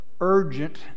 urgent